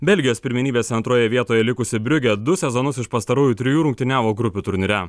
belgijos pirmenybėse antroje vietoje likusi briugė du sezonus iš pastarųjų trijų rungtyniavo grupių turnyre